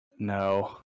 No